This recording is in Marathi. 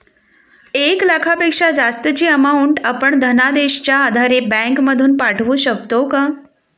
एक लाखापेक्षा जास्तची अमाउंट आपण धनादेशच्या आधारे बँक मधून पाठवू शकतो का?